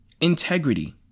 Integrity